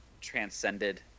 transcended